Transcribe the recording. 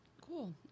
Cool